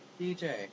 DJ